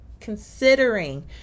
considering